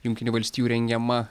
jungtinių valstijų rengiama